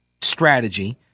strategy